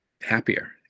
happier